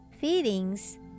feelings